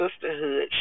sisterhood